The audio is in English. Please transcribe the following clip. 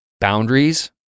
boundaries